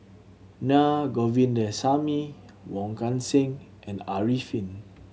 Naa Govindasamy Wong Kan Seng and Arifin